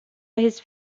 his